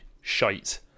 shite